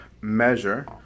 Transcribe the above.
measure